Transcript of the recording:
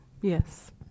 Yes